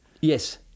Yes